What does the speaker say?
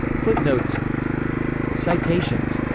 footnotes citations